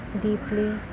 deeply